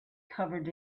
covered